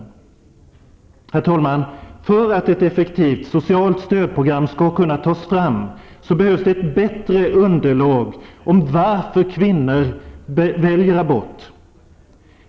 Herr talman! För att ett effektivt socialt stödprogram skall kunna tas fram behövs ett bättre underlag om varför kvinnor väljer abort.